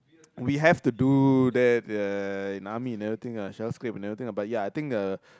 we have to do that uh in army and everything lah shell scrape and everything lah but ya I think the